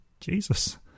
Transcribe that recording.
jesus